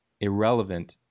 irrelevant